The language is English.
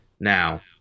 Now